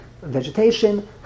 vegetation